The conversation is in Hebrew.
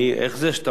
הולך לסין,